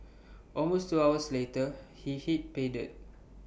almost two hours later he hit pay dirt